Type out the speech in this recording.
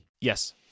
yes